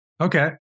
Okay